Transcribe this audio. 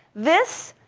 this